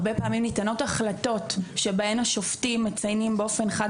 הרבה פעמים ניתנות החלטות שבהן השופטים מציינים באופן חד